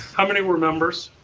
how many were members?